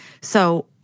So-